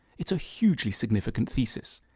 it's a hugely significant thesis.